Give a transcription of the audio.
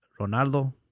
Ronaldo